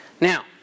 Now